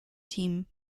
team